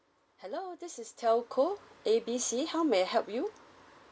hello this is telco A B C how may I help you